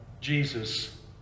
Jesus